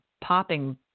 popping